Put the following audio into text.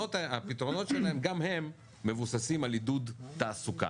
הפתרונות שלהם גם הם מבוססים על עידוד תעסוקה.